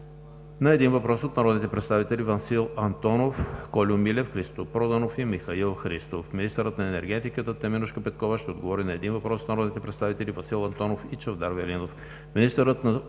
на един въпрос от народните представители Васил Антонов, Кольо Милев, Христо Проданов и Михаил Христов. 11. Министърът на енергетиката Теменужка Петкова ще отговори на един въпрос от народните представители Васил Антонов и Чавдар Велинов.